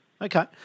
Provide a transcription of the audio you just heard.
Okay